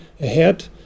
ahead